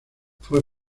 fue